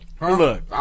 look